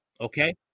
Okay